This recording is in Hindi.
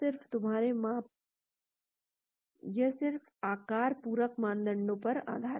तो यह सिर्फ आकार पूरक मानदंडों पर आधारित है